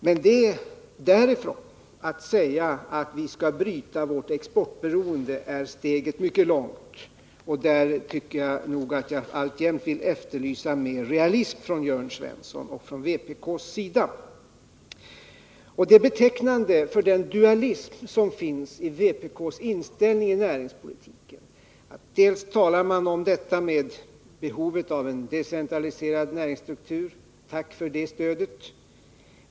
Men därifrån till att säga att vi skall bryta vårt exportberoende är steget mycket långt, och jag vill alltjämt efterlysa mer realism från Jörn Svenssons och från vpk:s sida. Det är betecknande för den dualism som finns i vpk:s inställning i näringspolitiken att man dels talar om behovet av en decentraliserad näringsstruktur — tack för det stödet!